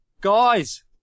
Guys